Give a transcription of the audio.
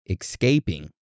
escaping